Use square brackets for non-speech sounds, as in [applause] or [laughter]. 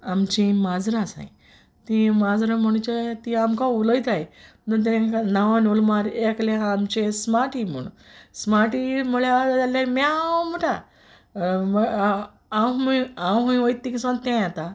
आमचीं माजरां आसाय तीं माजरां म्हुणचे तीं आमको उलोयताय तूं तेंक नांवान उल मार एकलें आहा आमचें स्मार्टी म्हूण स्मार्टी म्हुळ्यार [unintelligible] म्यांव म्हुटा [unintelligible] हांव हूंय हांव हूंय ओयत तिंगसोन तें येता